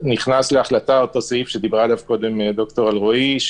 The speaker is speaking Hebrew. נכנס להחלטה אותו סעיף שדיברה עליו קודם ד"ר אלרעי,